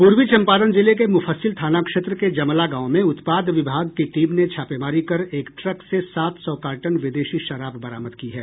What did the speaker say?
पूर्वी चम्पारण जिले के मूफस्सिल थाना क्षेत्र के जमला गांव में उत्पाद विभाग की टीम ने छापेमारी कर एक ट्रक से सात सौ कार्टन विदेशी शराब बरामद की है